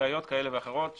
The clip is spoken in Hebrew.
בעיות כאלה ואחרות שפורטו.